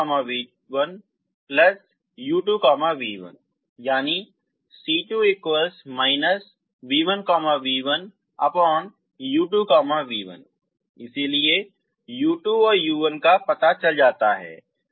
0 v1v1u2v1 ⇒ c v1v1u2v1 इसलिए u2 u1 पता चल जाता है